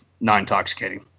non-intoxicating